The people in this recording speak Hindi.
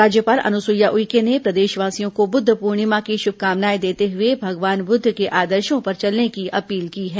राज्यपाल अनुसुईया उइके ने प्रदेशवासियों को बुद्ध पूर्णिमा की शुभकामनाएं देते हुए भगवान बुद्ध के आदर्शो पर चलने की अपील की है